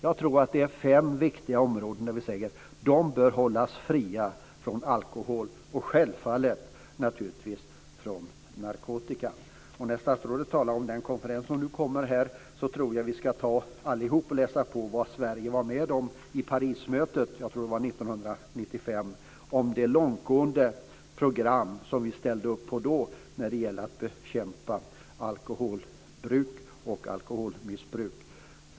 Jag tror att det här är fem viktiga områden som bör hållas fria från alkohol och självfallet från narkotika. Jag tror att vi allihop ska läsa på om det som Sverige var med om i Parismötet - jag tror att det var 1995. Vi ställde då upp på ett långtgående program när det gällde att bekämpa alkoholbruk och alkoholmissbruk.